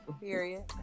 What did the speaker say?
Period